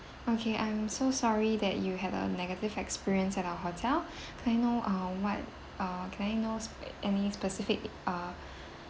okay I'm so sorry that you have a negative experience at our hotel may I know uh what uh can I know any specific uh